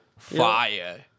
Fire